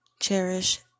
Cherish